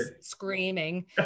screaming